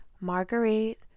Marguerite